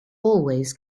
always